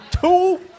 two